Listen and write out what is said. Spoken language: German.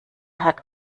hat